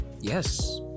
yes